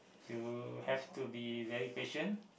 you have to be very patient